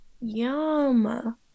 Yum